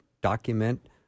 document